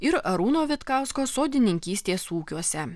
ir arūno vitkausko sodininkystės ūkiuose